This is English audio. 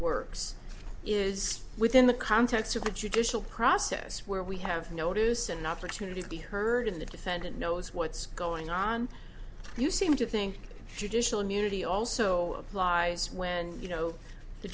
works is within the context of a judicial process where we have notice an opportunity to be heard in the defendant knows what's going on you seem to think judicial munity also applies when you know the